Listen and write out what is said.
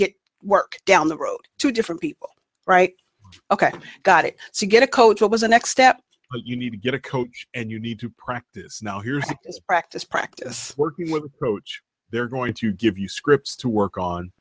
get work down the road to different people right ok got it see get a coach what was a next step you need to get a coach and you need to practice now here's a practice practice working with approach they're going to give you scripts to work on